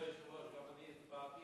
הוצאה ציבורית